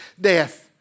death